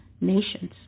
nations